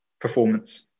performance